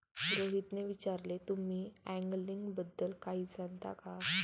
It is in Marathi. रोहितने विचारले, तुम्ही अँगलिंग बद्दल काही जाणता का?